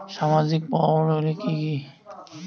সামাজিক প্রকল্পগুলি কি কি?